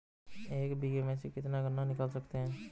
एक बीघे में से कितना गन्ना निकाल सकते हैं?